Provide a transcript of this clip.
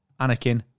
Anakin